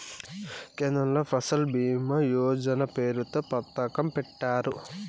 కేంద్రంలో ఫసల్ భీమా యోజన పేరుతో పథకం పెట్టారు